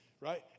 Right